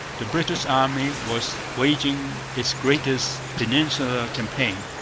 the british army was waging its greatest peninsular campaign.